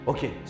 Okay